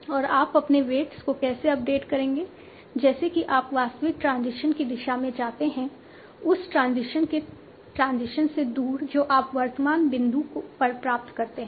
और आप अपने वेट्स को कैसे अपडेट करेंगे जैसे कि आप वास्तविक ट्रांजिशन की दिशा में जाते हैं और उस ट्रांजिशन के ट्रांजिशन से दूर जो आप वर्तमान बिंदु पर प्राप्त करते हैं